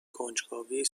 کنجکاوی